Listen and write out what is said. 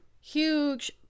huge